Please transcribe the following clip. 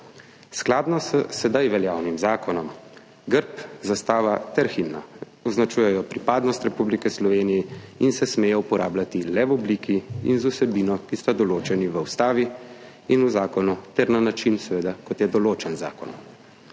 skladu s sedaj veljavnim zakonom, grb, zastava ter himna označujejo pripadnost Republiki Sloveniji in se smejo uporabljati le v obliki in z vsebino, ki sta določeni v ustavi in v zakonu, ter na način, kot je seveda določen z zakonom.